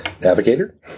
navigator